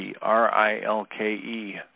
R-I-L-K-E